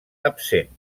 absent